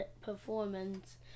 performance